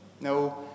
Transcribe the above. No